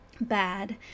bad